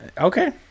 Okay